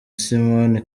simon